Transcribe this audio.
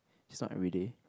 it's not everyday